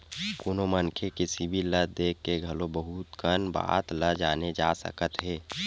कोनो मनखे के सिबिल ल देख के घलो बहुत कन बात ल जाने जा सकत हे